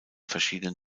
verschiedenen